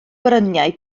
bryniau